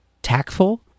Tactful